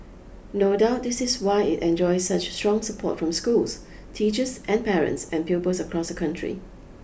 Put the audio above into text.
no doubt this is why it enjoys such strong support from schools teachers and parents and pupils across the country